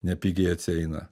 nepigiai atsieina